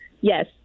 Yes